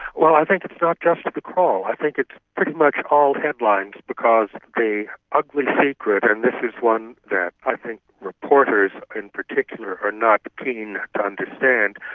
well, i think it's not just the crawl, i think it's pretty much all headlines because the ugly secret, and this is one that i think reporters in particular are not keen to understand,